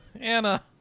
Anna